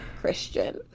Christian